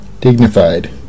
dignified